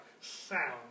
sound